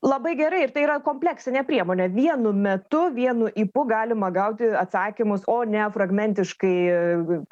labai gerai ir tai yra kompleksinė priemonė vienu metu vienu ypu galima gauti atsakymus o ne fragmentiškai